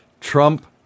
Trump